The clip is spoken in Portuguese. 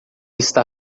está